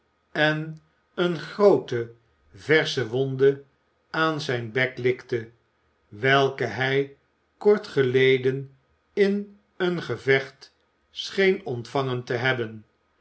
en een groote versche wonde aan zijn bek likte welke hij kort geleden in een gevecht scheen ontvangen te hebben